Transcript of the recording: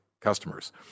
customers